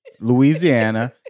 Louisiana